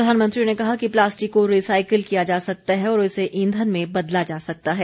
प्रधानमंत्री ने कहा कि प्लास्टिक को रिसाइकिल किया जा सकता है और इसे ईंधन में बदला जा सकता है